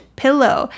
pillow